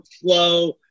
flow